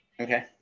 Okay